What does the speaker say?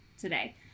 today